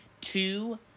two